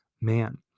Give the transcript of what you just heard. man